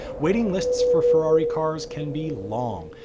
waiting lists for ferrari cars can be long.